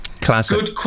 Classic